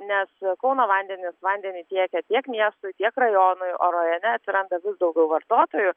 nes kauno vandenys vandenį tiekia tiek miestui tiek rajonui o rajone atsiranda vis daugiau vartotojų